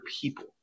people